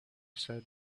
said